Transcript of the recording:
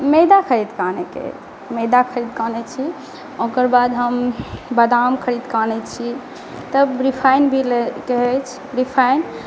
मैदा खरीद कऽ आनय के मैदा खरीद कऽ आनै छी ओकरबाद हम बादाम खरीद कऽ आनै छी तब रीफाइन भी लै के अछि रीफाइन